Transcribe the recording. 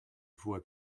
voie